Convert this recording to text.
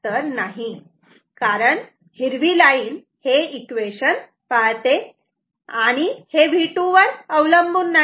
तर नाही कारण हिरवी लाईन हे इक्वेशन पाळते आणि हे V2 वर अवलंबून नाही